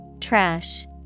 Trash